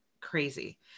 crazy